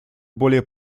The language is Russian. более